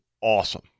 awesome